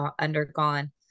undergone